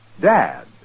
Dad